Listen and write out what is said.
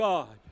God